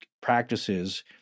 practices